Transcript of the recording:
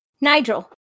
Nigel